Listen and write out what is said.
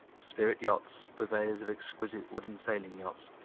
spirit yachts, purveyors of exquisite wooden sailing yachts,